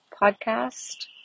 podcast